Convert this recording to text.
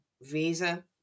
visa